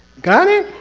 got it?